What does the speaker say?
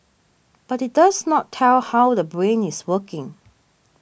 but it does not tell how the brain is working